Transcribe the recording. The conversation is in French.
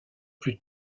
plus